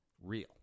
real